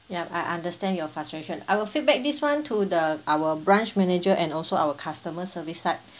ya I understand your frustration I'll feedback this one to the our branch manager and also our customer service side